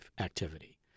activity